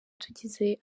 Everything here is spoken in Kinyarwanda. tugize